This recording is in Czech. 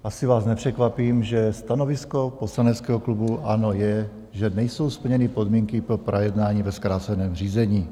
Asi vás nepřekvapím, že stanovisko poslaneckého klubu ANO je, že nejsou splněny podmínky pro projednání ve zkráceném řízení.